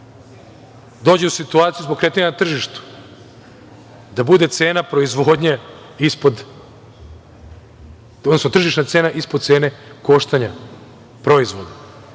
dođe u situaciju zbog kretanja na tržištu da bude cena proizvodnje, odnosno tržišna cena ispod cene koštanja proizvoda…